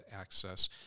access